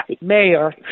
mayor